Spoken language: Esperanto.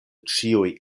ĉiuj